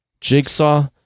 Jigsaw